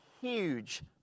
huge